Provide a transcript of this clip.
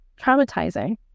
Traumatizing